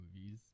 movies